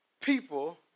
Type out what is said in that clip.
People